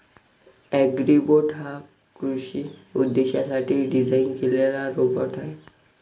Agribot हा कृषी उद्देशांसाठी डिझाइन केलेला रोबोट आहे